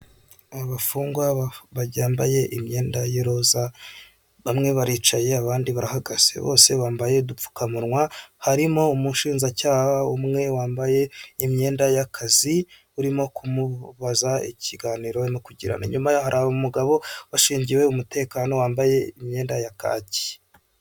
Abafungwa bambaye imyenda y'iroza bamwe baricaye abandi bahagaze. Bose bambaye udupfukamunwa harimo umushinjacyaha umwe wambaye imyenda y'akazi, urimo kumubaza ikiganiro no kugirana. Inyuma hari umugabo ubashingiwe umutekano, wambaye imyenda ya kaki.